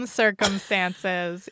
circumstances